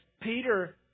Peter